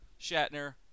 Shatner